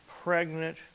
pregnant